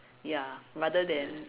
ya rather than